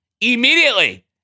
immediately